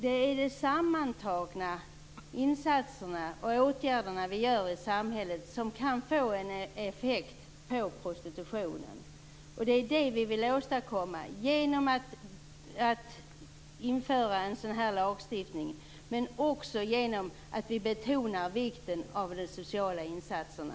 Det är de sammantagna insatserna och åtgärderna i samhället som kan få en effekt på prostitutionen, och det är denna effekt vi vill åstadkomma genom att införa denna lagstiftning men också genom att betona vikten av de sociala insatserna.